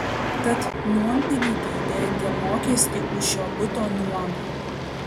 tad nuompinigiai dengia mokestį už šio buto nuomą